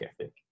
ethic